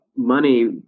Money